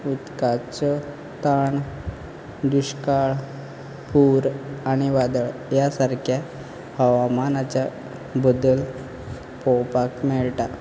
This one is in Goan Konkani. उदकाचो ताण दुश्काळ पूर आनी वादळ ह्या सारक्या हवामानाच्या बद्दल पळोवापाक मेळटा